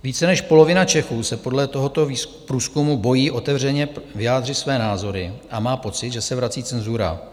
Více než polovina Čechů se podle tohoto průzkumu bojí otevřeně vyjádřit své názory a má pocit, že se vrací cenzura.